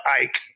Ike